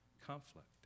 conflict